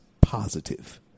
positive